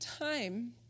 time